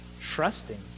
Trusting